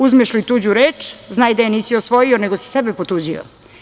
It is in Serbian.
Uzmeš li tuđu reč znaj da je nisi osvojio nego si sebe potuđio.